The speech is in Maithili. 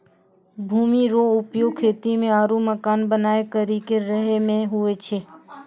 भूमि रो उपयोग खेती मे आरु मकान बनाय करि के रहै मे हुवै छै